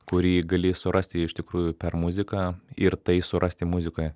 kurį gali surasti iš tikrųjų per muziką ir tai surasti muzikoje